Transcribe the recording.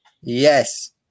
Yes